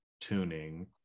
tuning